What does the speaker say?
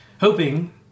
hoping